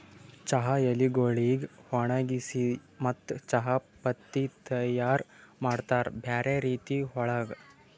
ಚಹಾ ಎಲಿಗೊಳಿಗ್ ಒಣಗಿಸಿ ಮತ್ತ ಚಹಾ ಪತ್ತಿ ತೈಯಾರ್ ಮಾಡ್ತಾರ್ ಬ್ಯಾರೆ ರೀತಿ ಒಳಗ್